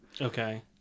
Okay